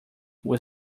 will